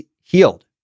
healed